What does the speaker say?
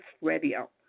Radio